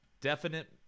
definite